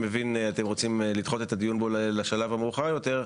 וכפי שאני מבין אתם רוצים לדחות את הדיון בו לשלב מאוחר יותר,